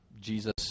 Jesus